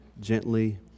gently